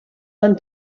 van